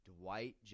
Dwight